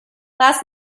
last